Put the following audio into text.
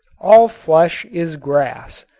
all flesh is grass.